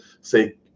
say